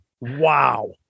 Wow